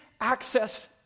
access